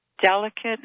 delicate